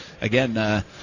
again